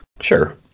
sure